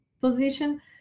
position